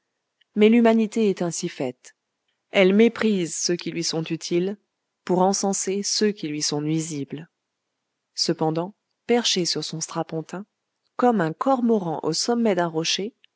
mais l'humanité est ainsi faite elle méprise ceux qui lui sont utiles pour encenser ceux qui lui sont nuisibles cependant perché sur son strapontin comme un cormoran au sommet d'un rocher